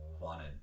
wanted